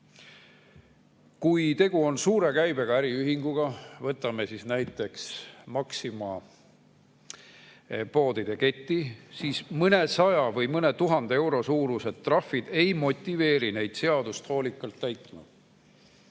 Kui tegu on suure käibega äriühingutega, võtame näiteks Maxima poodide keti, siis mõnesaja või mõne tuhande euro suurused trahvid ei motiveeri neid seadust hoolikalt täitma.